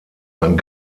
ein